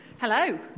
hello